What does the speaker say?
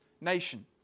nation